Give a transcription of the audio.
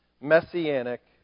messianic